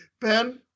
Ben